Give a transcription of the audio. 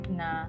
na